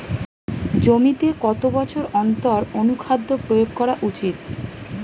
জমিতে কত বছর অন্তর অনুখাদ্য প্রয়োগ করা উচিৎ?